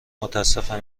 متأسفم